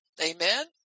Amen